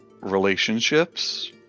relationships